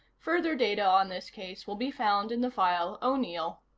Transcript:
further data on this case will be found in the file o'neill.